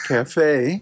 Cafe